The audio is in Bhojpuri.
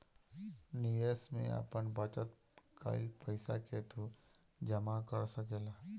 निवेश में आपन बचत कईल पईसा के तू जमा कर सकेला